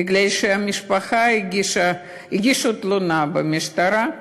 מפני שהמשפחה הגישו תלונה במשטרה,